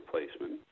replacement